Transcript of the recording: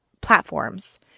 platforms